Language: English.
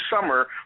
summer